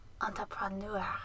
entrepreneur